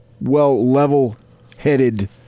well-level-headed